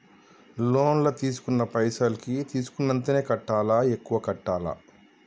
Loan లా తీస్కున్న పైసల్ కి తీస్కున్నంతనే కట్టాలా? ఎక్కువ కట్టాలా?